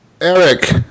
Eric